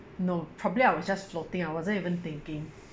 no probably I was just floating I wasn't even thinking